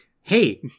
hey